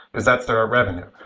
because that's their ah revenue.